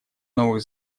новых